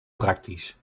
praktisch